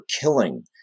killing